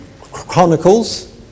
Chronicles